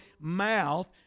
mouth